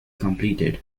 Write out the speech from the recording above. completed